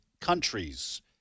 countries